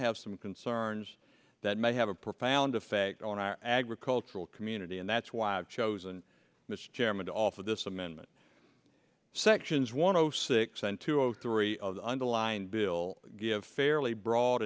have some concerns that may have a profound effect on our agricultural community and that's why i've chosen mr chairman to offer this amendment sections one o six and two zero three and the line bill give fairly bro